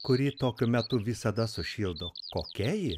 kuri tokiu metu visada sušildo kokia ji